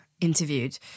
interviewed